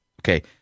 Okay